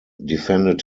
defended